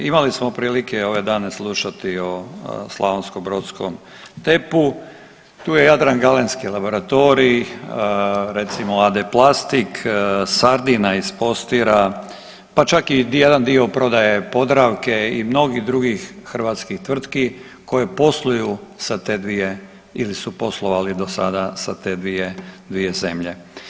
Imali smo prilike ove dane slušati o slavonskobrodskom TEP, tu je Jadran galenski laboratorij, recimo AD Plastik, Sardina iz Postira, pa čak i jedan dio prodaje Podravke i mnogi drugih hrvatskih tvrtki koje posluju sa te 2 ili su poslovali dosada sa te 2 zemlje.